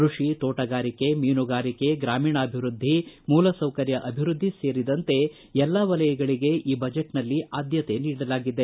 ಕ್ಯಷಿ ತೋಟಗಾರಿಕೆ ಮೀನುಗಾರಿಕೆ ಗ್ರಾಮೀಣಾಭಿವೃದ್ದಿ ಮೂಲ ಸೌಕರ್ಯ ಅಭಿವೃದ್ದಿ ಸೇರಿದಂತೆ ಎಲ್ಲಾ ವಲಯಗಳಿಗೆ ಈ ಬಜೆಟ್ನಲ್ಲಿ ಆದ್ದತೆ ನೀಡಲಾಗಿದೆ